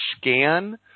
scan